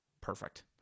perfect